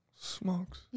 Smokes